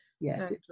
yes